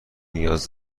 نیاز